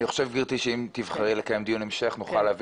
אני חושב גברתי שאם תבחרי לקיים דיון המשך נוכל להביא